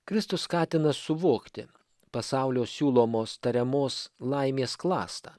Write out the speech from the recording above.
kristus skatina suvokti pasaulio siūlomos tariamos laimės klastą